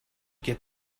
get